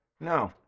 No